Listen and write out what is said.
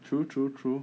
true true true